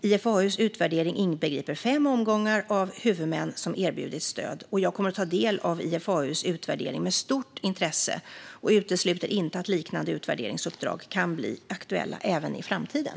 IFAU:s utvärdering inbegriper fem omgångar av huvudmän som erbjudits stöd. Jag kommer att ta del av IFAU:s utvärdering med stort intresse och utesluter inte att liknande utvärderingsupplägg kan bli aktuella även i framtiden.